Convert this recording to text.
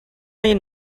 این